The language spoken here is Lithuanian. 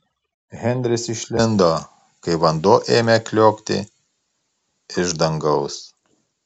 henris išlindo kai vanduo ėmė kliokti iš dangaus